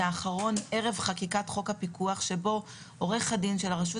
ערב חקיקת חוק הפיקוח בו עורך הדין של הרשות